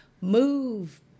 Move